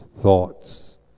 thoughts